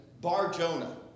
Bar-Jonah